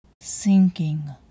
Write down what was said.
sinking